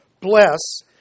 bless